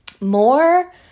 more